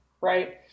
right